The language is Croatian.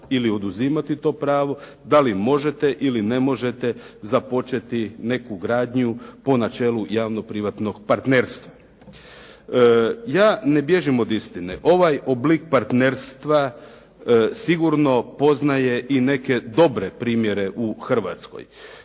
ili oduzimati to pravo da li možete ili ne možete započeti neku gradnju po načelu javno-privatnog partnerstva. Ja ne bježim od istine, ovaj oblik partnerstva sigurno poznaje i neke dobre primjere u Hrvatskoj.